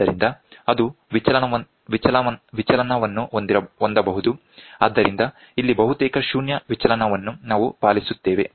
ಆದ್ದರಿಂದ ಅದು ವಿಚಲನವನ್ನು ಹೊಂದಬಹುದು ಆದ್ದರಿಂದ ಇಲ್ಲಿ ಬಹುತೇಕ ಶೂನ್ಯ ವಿಚಲನವನ್ನು ನಾವು ಪಾಲಿಸುತ್ತೇವೆ